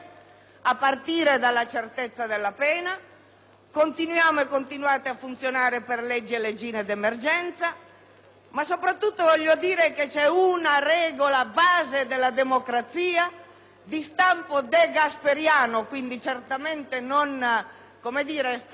Soprattutto, voglio ricordare che c'è una regola base della democrazia, di stampo degasperiano e quindi certamente non estremista, che è il conoscere per deliberare. In questo Paese l'utilizzo spesso consociativo